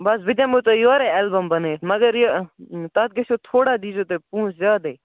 بَس بہٕ دِمہو تۄہہِ یورَے ایلبَم بَنٲوِتھ مگر یہِ تَتھ گژھِو تھوڑا دیٖزیٚو تُہۍ پۅنٛسہٕ زیادَے